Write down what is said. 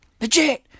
Legit